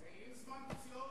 זה עם זמן פציעות?